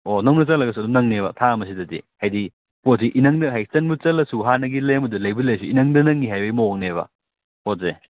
ꯑꯣ ꯅꯧꯅ ꯆꯜꯂꯒꯁꯨ ꯑꯗꯨꯝ ꯅꯪꯅꯤꯕ ꯊꯥ ꯑꯃꯁꯤꯗꯗꯤ ꯍꯥꯏꯗꯤ ꯄꯣꯠꯁꯤ ꯏꯅꯪꯗ ꯍꯥꯏꯗꯤ ꯆꯟꯕꯨ ꯆꯜꯂꯁꯨ ꯍꯥꯟꯅꯒꯤ ꯂꯩꯔꯝꯕꯗ ꯂꯩꯕꯨ ꯂꯩꯔꯁꯨ ꯏꯅꯪꯗ ꯅꯪꯉꯤ ꯍꯥꯏꯕꯩ ꯃꯑꯣꯡꯅꯦꯕ ꯄꯣꯠꯁꯦ